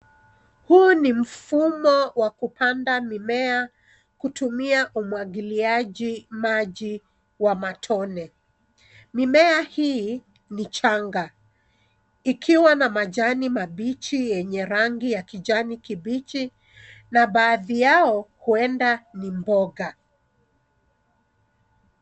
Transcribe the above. Huu ni mfumo wa kupanda mimea kutumia umwagiliaji maji wa matone. Mimea hii ni changa ikiwa na majani mabichi yenye rangi ya kijani kibichi, na baadhi yao huenda ni mboga.